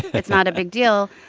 it's not a big deal.